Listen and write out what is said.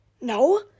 No